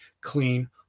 clean